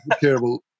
Terrible